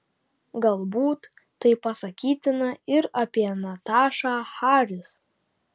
galbūt tai pasakytina ir apie natašą haris